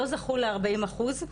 לא זכו ל-40 אחוז,